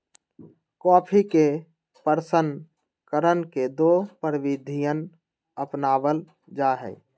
coffee के प्रशन करण के दो प्रविधियन अपनावल जा हई